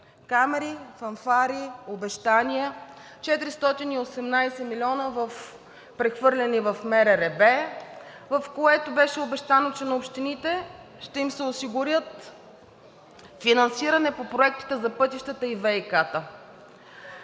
камери, фанфари, обещания, 418 милиона прехвърлени в МРРБ, в което беше обещано, че на общините ще им се осигури финансиране по проектите за пътищата и ВиК-та.